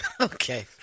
Okay